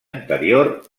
anterior